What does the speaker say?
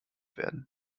werden